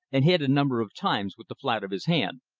and hit it a number of times with the flat of his hand.